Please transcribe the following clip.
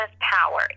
power